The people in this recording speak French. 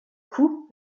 kew